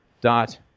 dot